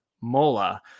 Mola